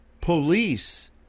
police